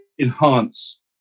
enhance